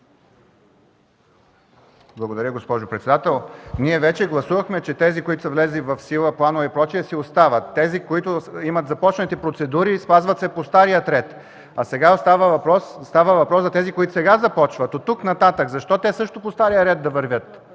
Благодаря, госпожо председател. Ние вече гласувахме, че тези, които са влезли в сила планове и прочее, си остават. Тези, които имат започнати процедури – спазват се по стария ред. Сега остава въпрос за тези, които сега започват, оттук нататък. Защо те също по стария ред да вървят?